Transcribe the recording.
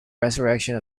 resurrection